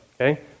okay